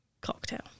cocktail